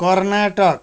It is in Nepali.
कर्नाटक